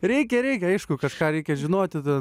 reikia reikia aišku kažką reikia žinoti ten